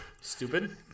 Stupid